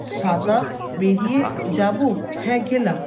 সাদা বেরিয়ে যাব হ্যাঁ গেলাম